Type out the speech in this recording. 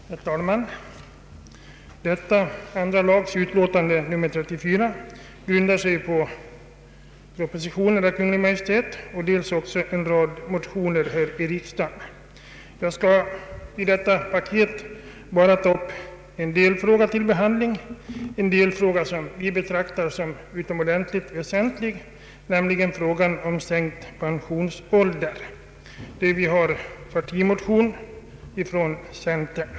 Herr talman! Andra lagutskottets utlåtande nr 34 grundar sig dels på en proposition av Kungl. Maj:t, dels på en rad motioner. Jag skall beträffande detta paket bara ta upp en delfråga till behandling, men en delfråga som vi anser vara utomordentligt väsentlig, nämligen frågan om sänkt pensionsålder. Här föreligger en partimotion från centern.